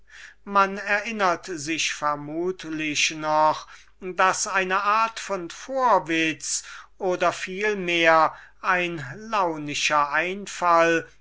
man erinnert sich vermutlich noch daß eine art von vorwitz oder vielmehr ein launischer einfall